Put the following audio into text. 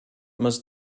also